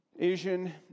Asian